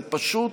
זה פשוט,